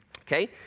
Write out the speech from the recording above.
Okay